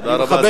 תודה רבה.